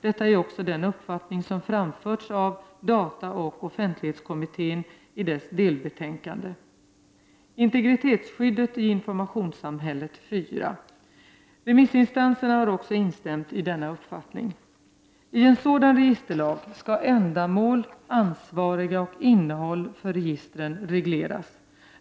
Detta är också den uppfattning som framförts av dataoch offentlighetskommittén i dess delbetänkande, SOU 1987:31, Integritetsskyddet i informationssamhället 4. Remissinstanserna har också instämt i denna uppfattning. I en sådan registerlag skall ändamål, ansvariga och innehåll för registren regleras.